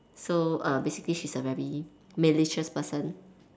so err basically she's a very malicious person